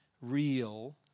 real